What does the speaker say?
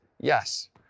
Yes